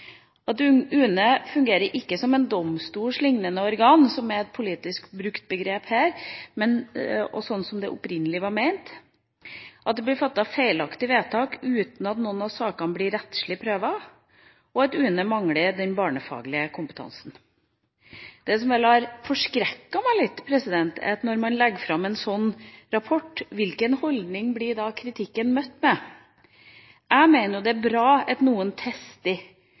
UNE ikke fungerer som et «domstolslignende organ», som er et politisk brukt begrep her, og slik det opprinnelig var ment, og dessuten at det blir fattet feilaktige vedtak uten at noen av sakene blir rettslig prøvd, og at UNE mangler den barnefaglige kompetansen. Det som vel har forskrekket meg litt, når man legger fram en sånn rapport, er hvilken holdning kritikken er blitt møtt med. Jeg mener at det er bra at noen tester